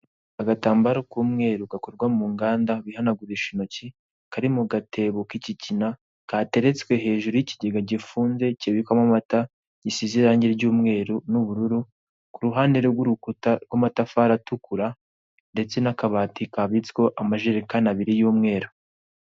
Agatambaro k'umweru gakorwa mu nganda bihanagurisha intoki, kari mu gatebo k'ikigina kateretswe hejuru y'ikigega gifunze kibikwamo amata gisize irangi ry'umweru n'ubururu, kuhande rw'urukuta rw'amatafari atukura ndetse n'akabati kabitsweho amajerereka abiri y'umweru